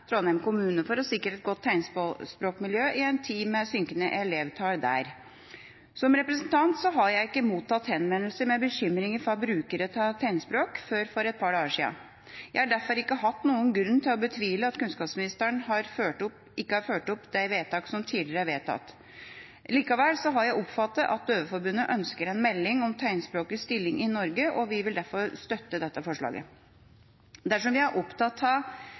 Trondheim kommune for å sikre et godt tegnspråkmiljø i en tid med synkende elevtall der. Som representant har jeg ikke mottatt henvendelser med bekymringer fra brukere av tegnspråk før for et par dager siden. Jeg har derfor ikke hatt noen grunn til å betvile at kunnskapsministeren har fulgt opp de vedtakene som tidligere er vedtatt. Likevel har jeg oppfattet at Døveforbundet ønsker en melding om tegnspråkets stilling i Norge, og vi vil derfor støtte dette forslaget. Dersom vi er opptatt av